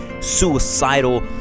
suicidal